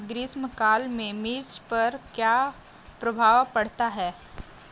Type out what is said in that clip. ग्रीष्म काल में मिर्च पर क्या प्रभाव पड़ता है?